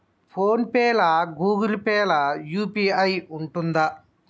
Phone pay లా Google Pay లా UPI ఉంటదా?